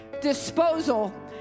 disposal